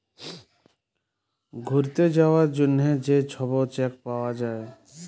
ঘ্যুইরতে যাউয়ার জ্যনহে যে ছব চ্যাক পাউয়া যায়